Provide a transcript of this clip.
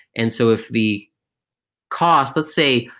and so if the cost let's say,